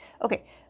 Okay